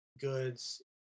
goods